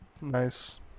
Nice